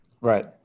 Right